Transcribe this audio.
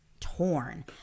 torn